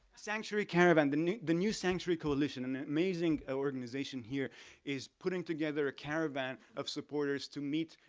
sanctuary caravan, the new the new sanctuary coalition, an amazing organization here is putting together a caravan of supporters to meet.